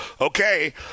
Okay